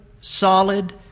solid